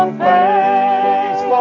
face